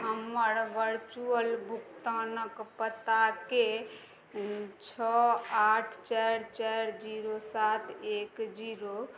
हमर वरचुअल भुगतानक पताके छओ आठ चारि चारि जीरो सात एक जीरो